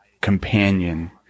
companion